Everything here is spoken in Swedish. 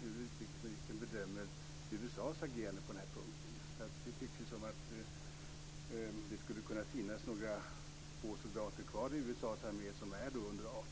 hur utrikesministern bedömer USA:s agerande på den här punkten. Det tycks som om det skulle kunna finnas några få soldater kvar i USA:s armé som är under 18 år.